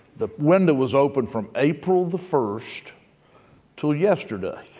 the window was open from april the first till yesterday